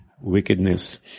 wickedness